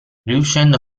riuscendo